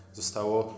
zostało